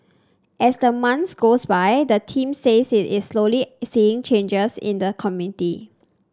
as the months goes by the team says it is slowly seeing changes in the community